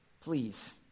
Please